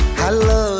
hello